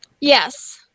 yes